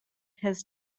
his